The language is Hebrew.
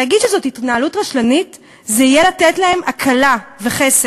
להגיד שזאת התנהגות רשלנית זה יהיה לתת להם הקלה וחסד.